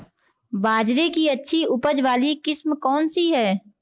बाजरे की अच्छी उपज वाली किस्म कौनसी है?